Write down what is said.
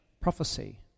prophecy